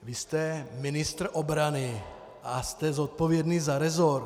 Vy jste ministr obrany a jste zodpovědný za resort.